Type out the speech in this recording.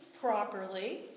properly